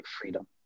freedom